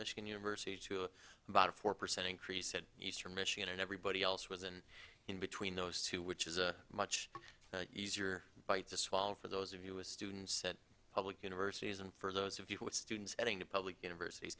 michigan university to about a four percent increase in eastern michigan and everybody else was and in between those two which is a much easier bite to swallow for those of us students at public universities and for those of you with students heading to public universities